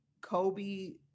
Kobe